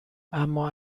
اما